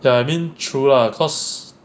ya I mean true ah cause